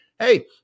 Hey